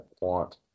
want